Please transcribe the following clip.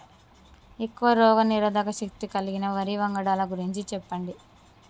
ఎక్కువ రోగనిరోధక శక్తి కలిగిన వరి వంగడాల గురించి చెప్పండి?